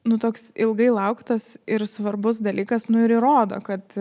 nu toks ilgai lauktas ir svarbus dalykas nu ir įrodo kad